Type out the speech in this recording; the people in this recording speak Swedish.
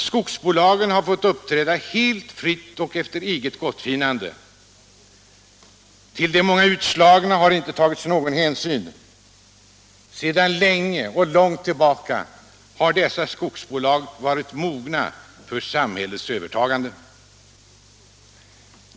Skogsbolagen har fått uppträda helt fritt och efter eget gottfinnande. Till de många utslagna har det inte tagits någon hänsyn. Sedan länge har dessa skogsbolag varit ”mogna” för samhällets övertagande.